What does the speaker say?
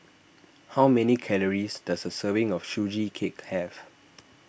how many calories does a serving of Sugee Cake have